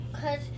cause